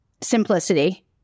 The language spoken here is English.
simplicity